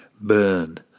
burn